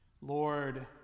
Lord